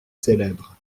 célèbre